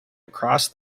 across